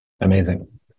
Amazing